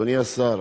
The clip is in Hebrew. אדוני השר,